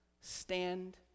stand